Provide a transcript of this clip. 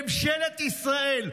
ממשלת ישראל,